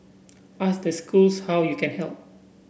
ask the schools how you can help